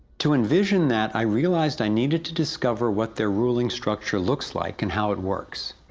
to envision that i realized i needed to discover what their ruling structure looks like and how it works.